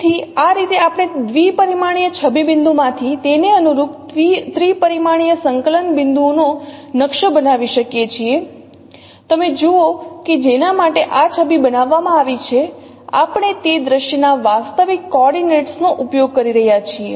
તેથી આ રીતે આપણે દ્વિપરિમાણીય છબી બિંદુ માંથી તેને અનુરૂપ ત્રિપરિમાણીય સંકલન બિંદુઓનો નકશો બનાવી શકીએ છીએ તમે જુઓ કે જેના માટે આ છબી બનાવવામાં આવી છે આપણે તે દ્રશ્ય ના વાસ્તવિક કોઓર્ડિનેટ્સ નો ઉપયોગ કરી રહ્યાં છીએ